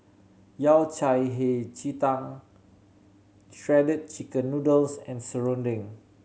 Yao Cai Hei Ji Tang Shredded Chicken Noodles and serunding